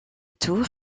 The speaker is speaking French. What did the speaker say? tour